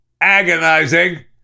agonizing